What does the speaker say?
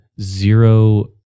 zero